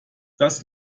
das